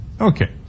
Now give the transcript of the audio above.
Okay